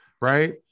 Right